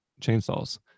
chainsaws